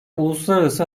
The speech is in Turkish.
uluslararası